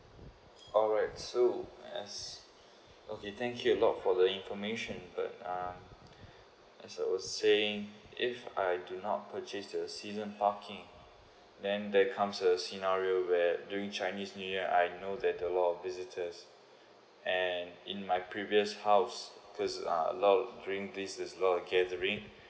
alright so as okay thank you a lot for the information but uh as uh saying if I do not purchase the season parking then there comes a scenario where during chinese new year I know that there's a lot of visitors and in my previous house because uh a lot of drinkties and a lot of gathering